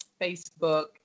Facebook